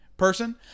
Person